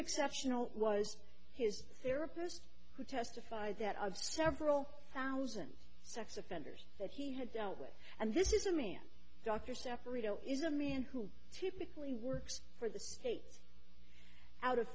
exceptional was his therapist who testified that of several thousand sex offenders that he had dealt with and this is a man dr separate is a man who typically works for the states out of